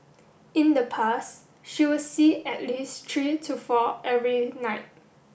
in the past she would see at least three to four every night